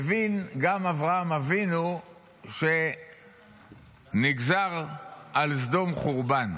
מבין גם אברהם אבינו שנגזר על סדום חורבן.